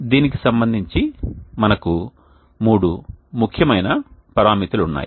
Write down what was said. దీనికి సంబంధించి మనకు మూడు ముఖ్యమైన పరామితులు ఉన్నాయి